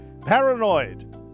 Paranoid